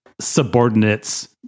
subordinates